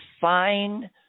fine